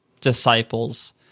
disciples